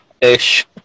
ish